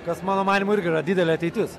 kas mano manymu irgi yra didelė ateitis